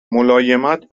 ملایمت